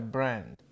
Brand